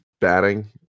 batting